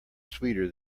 sweeter